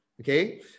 okay